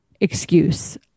excuse